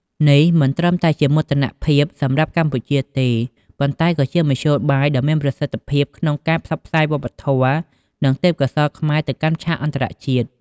នេះមិនត្រឹមតែជាមោទនភាពសម្រាប់កម្ពុជាទេ ប៉ុន្តែក៏ជាមធ្យោបាយដ៏មានប្រសិទ្ធភាពក្នុងការផ្សព្វផ្សាយវប្បធម៌ និងទេពកោសល្យខ្មែរទៅកាន់ឆាកអន្តរជាតិ។